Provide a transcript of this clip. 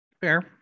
Fair